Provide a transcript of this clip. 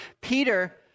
Peter